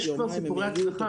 יש פה סיפורי הצלחה,